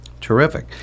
Terrific